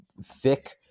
thick